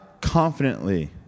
confidently